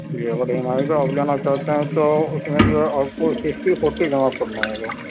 جی اگر E M I کا آپ لینا چاہتے ہے تو اُس میں جو ہے آپ کو سکسٹی فورٹی جمع کرنا ہوگا